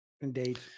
Indeed